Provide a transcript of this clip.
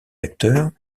acteurs